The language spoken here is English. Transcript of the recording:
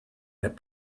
that